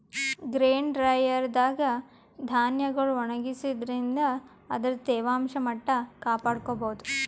grain dryer ದಾಗ್ ಧಾನ್ಯಗೊಳ್ ಒಣಗಸಾದ್ರಿನ್ದ ಅದರ್ದ್ ತೇವಾಂಶ ಮಟ್ಟ್ ಕಾಪಾಡ್ಕೊಭೌದು